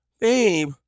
babe